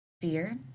fear